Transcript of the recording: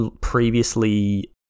previously